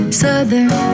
southern